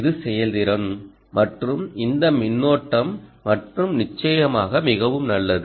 இது செயல்திறன் மற்றும் இந்த மின்னோட்டம் மற்றும் நிச்சயமாக மிகவும் நல்லது